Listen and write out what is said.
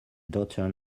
daughter